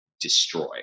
destroy